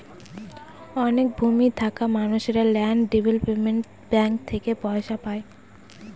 অনেক ভূমি থাকা মানুষেরা ল্যান্ড ডেভেলপমেন্ট ব্যাঙ্ক থেকে পয়সা পায়